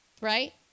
right